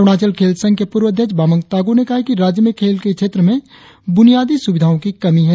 अरुणाचल खेल संघ के पूर्व अध्यक्ष बामंग तागो ने कहा है कि राज्य में खेल के क्षेत्र में बुनियादी सुविधाओं की कमी है